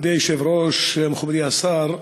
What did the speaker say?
מכובדי היושב-ראש, מכובדי השר,